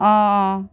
অ